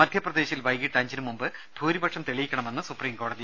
മധ്യപ്രദേശിൽ വൈകീട്ട് അഞ്ചിന് മുമ്പ് ഭൂരിപക്ഷം തെളിയിക്കണമെന്ന് സുപ്രീംകോടതി